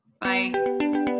Bye